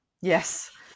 Yes